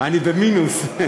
אני במינוס.